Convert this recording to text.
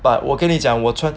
but 我跟你讲我穿